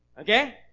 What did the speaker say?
Okay